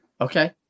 Okay